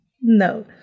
No